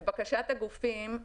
לבקשת הגופים,